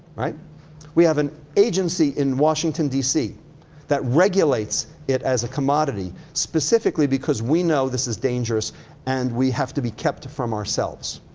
we have an agency in washington dc that regulates it as a commodity specifically because we know this is dangerous and we have to be kept from ourselves.